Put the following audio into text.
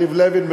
יריב לוין,